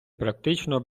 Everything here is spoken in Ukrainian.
практично